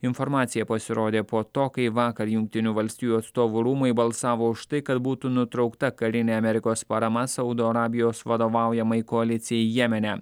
informacija pasirodė po to kai vakar jungtinių valstijų atstovų rūmai balsavo už tai kad būtų nutraukta karinė amerikos parama saudo arabijos vadovaujamai koalicijai jemene